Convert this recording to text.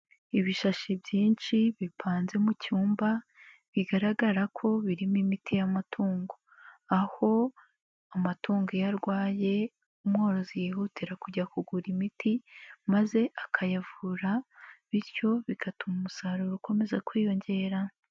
Ibishashi byinshi bipanze mu cyumba bigaragara ko birimo imiti y'amatungo, aho amatungo iyo arwaye umworozi yihutira kujya kugura imiti maze akayavura bityo bigatuma umusaruro ukomeza kwiyongera.